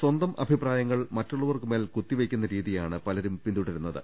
സ്വന്തം അഭിപ്രായങ്ങൾ മ റ്റുള്ളവർക്ക്മേൽ കുത്തിവെക്കുന്ന രീതിയാണ് പലരും പിൻതുടരു ന്നത്